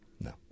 No